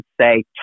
say